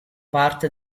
parte